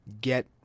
get